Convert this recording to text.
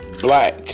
black